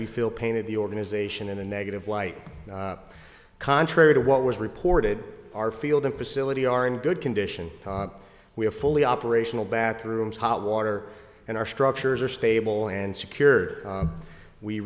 we feel pain of the organization in a negative light contrary to what was reported our feel the facility are in good condition we are fully operational bathrooms hot water and our structures are stable and secured